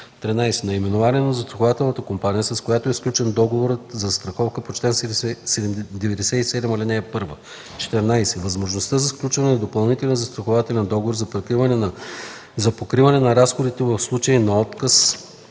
13. наименование на застрахователната компания, с която е сключен договорът за застраховка по чл. 97, ал. 1; 14. възможността за сключване на допълнителен застрахователен договор за покриване на разходите в случай на отказ